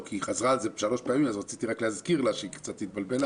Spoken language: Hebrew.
היא חזרה על זה שלוש פעמים ורק רציתי להזכיר לה שהיא קצת התבלבלה.